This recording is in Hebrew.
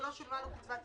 שלא שולמה לו קצבת ילדים.